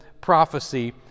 prophecy